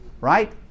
right